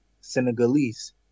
Senegalese